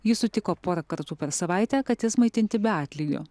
ji sutiko porą kartų per savaitę kates maitinti be atlygio